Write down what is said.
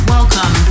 Welcome